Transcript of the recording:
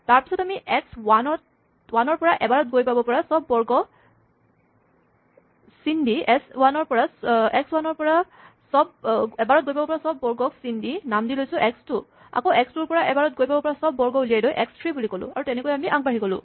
তাৰপাচত আমি এক্স ৱানৰ পৰা এবাৰত গৈ পাব পৰা চব বৰ্গ চিন দি নাম দিছোঁ এক্স টু আকৌ এক্স টু ৰ পৰা এবাৰত গৈ পাব পৰা চব বৰ্গ উলিয়াই এক্স থ্ৰী বুলি ক'লো আৰু তেনেকৈয়ে আগবাঢ়ি গ'লো